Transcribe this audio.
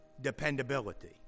dependability